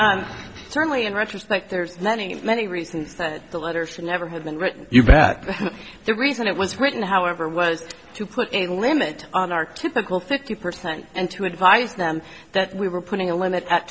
g certainly in retrospect there's many many reasons that the letters never have been written you bet the reason it was written however was to put a limit on our typical fifty percent and to advise them that we were putting a limit at